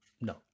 No